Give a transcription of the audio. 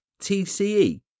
tce